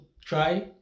try